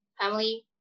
family